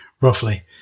roughly